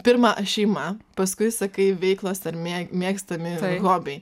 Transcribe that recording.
pirma šeima paskui sakai veiklos ar mėg mėgstami hobiai